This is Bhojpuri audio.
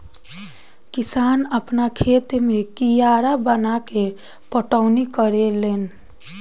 किसान आपना खेत मे कियारी बनाके पटौनी करेले लेन